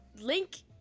Link